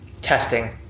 testing